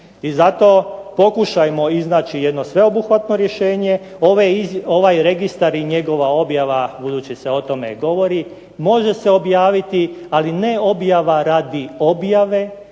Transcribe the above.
I zato pokušajmo iznaći jedno sveobuhvatno rješenje. Ovaj registar i njegova objava, budući se o tome govori, može se objaviti, ali ne objava radi objave